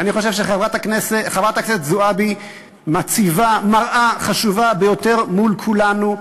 אני חושב שחברת הכנסת זועבי מציבה מראה חשובה ביותר מול כולנו,